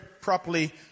properly